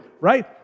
right